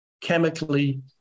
chemically